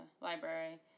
library